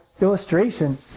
illustration